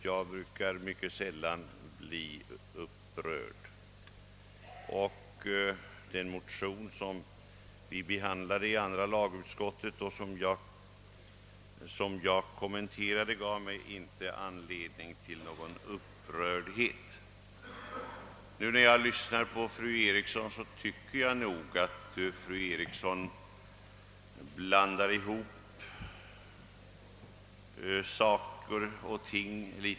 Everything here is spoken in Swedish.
Jag blir mycket sällan upprörd, och den motion som vi har behandlat i andra lagutskottet och som jag kommenterade gav mig inte anledning till upprördhet. Jag tycker nog att fru Eriksson i sitt anförande blandade ihop saker och ting.